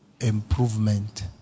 Improvement